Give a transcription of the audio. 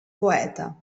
poeta